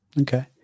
Okay